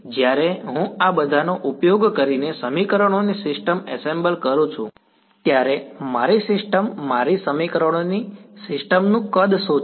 જ્યારે હું આ બધાનો ઉપયોગ કરીને સમીકરણોની સિસ્ટમ એસેમ્બલ કરું છું ત્યારે મારી સિસ્ટમ મારી સમીકરણોની સિસ્ટમ નું કદ શું છે